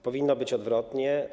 Powinno być odwrotnie.